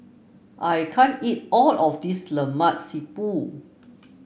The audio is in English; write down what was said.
I can't eat all of this Lemak Siput